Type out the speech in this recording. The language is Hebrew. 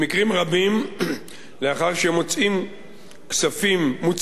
במקרים רבים, לאחר שמוצאים כספים